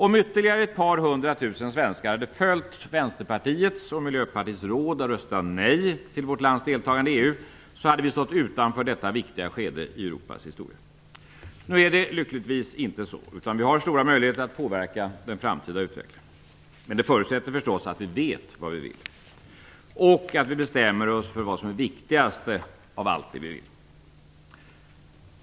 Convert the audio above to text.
Om ytterligare ett par hundra tusen svenskar hade följt Vänsterpartiets och Miljöpartiets råd att rösta nej till vårt lands deltagande i EU hade vi stått utanför detta viktiga skede i Europas historia. Nu är det lyckligtvis inte så, utan vi har stora möjligheter att påverka den framtida utvecklingen, men det förutsätter förstås att vi vet vad vi vill och att vi bestämmer oss för vad som är viktigast av allt det vi vill.